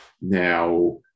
Now